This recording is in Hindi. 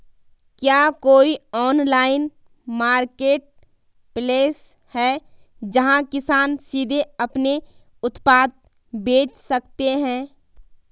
क्या कोई ऑनलाइन मार्केटप्लेस है, जहां किसान सीधे अपने उत्पाद बेच सकते हैं?